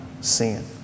sin